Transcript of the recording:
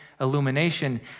illumination